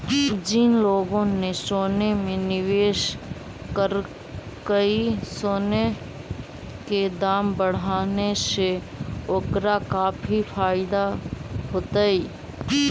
जिन लोगों ने सोने में निवेश करकई, सोने के दाम बढ़ने से ओकरा काफी फायदा होतई